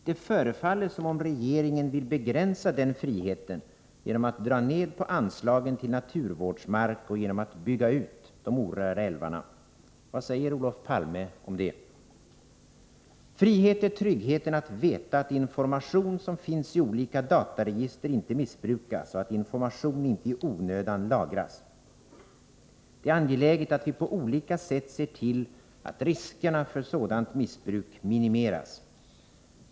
Det förefaller som om regeringen vill begränsa den friheten genom att dra ned på anslagen till naturvårdsmark och genom att bygga ut de orörda älvarna. Vad säger Olof Palme om det? Frihet är tryggheten att veta att information som finns i olika dataregister inte missbrukas och att information inte i onödan lagras. Det är angeläget att vi på olika sätt ser till, att riskerna för sådant missbruk minimeras.